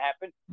happen